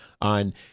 on